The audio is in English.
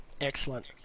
Excellent